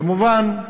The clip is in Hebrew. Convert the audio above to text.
כמובן,